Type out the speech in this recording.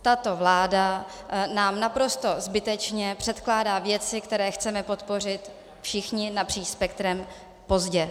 Tato vláda nám naprosto zbytečně předkládá věci, které chceme podpořit všichni napříč spektrem, pozdě.